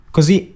Così